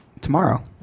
Tomorrow